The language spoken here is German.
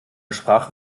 sprache